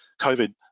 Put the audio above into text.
COVID